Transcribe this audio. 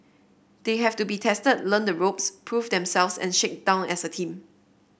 they have to be tested learn the ropes prove themselves and shake down as a team